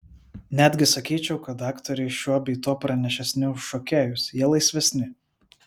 netgi sakyčiau kad aktoriai šiuo bei tuo pranašesni už šokėjus jie laisvesni